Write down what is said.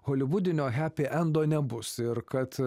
holivudinio hepi endo nebus ir kad